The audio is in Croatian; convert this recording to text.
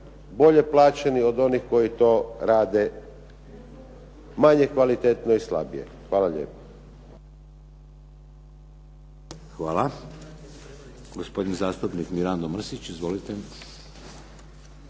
bolje plaćeni od onih koji to rade manje kvalitetno i slabije. Hvala lijepo. **Šeks, Vladimir (HDZ)** Hvala. Gospodin zastupnik Mirando Mrsić. Izvolite.